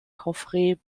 coffrets